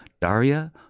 Daria